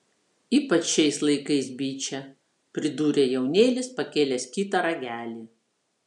ypač šiais laikais biče pridūrė jaunėlis pakėlęs kitą ragelį